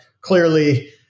clearly